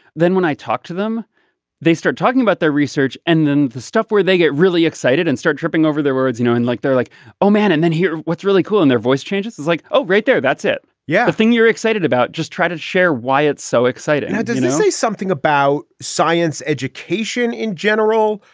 then when i talk to them they start talking about their research and then the stuff where they get really excited and start tripping over their words you know and like they're like oh man and then here what's really cool and their voice changes it's like oh right there that's it yeah. the thing you're excited about just try to share why it's so exciting i didn't say something about science education in general.